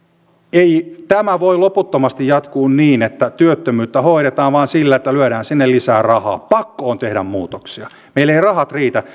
ei tämä voi loputtomasti jatkua niin että työttömyyttä hoidetaan vain sillä että lyödään sinne lisää rahaa pakko on tehdä muutoksia meillä ei rahat riitä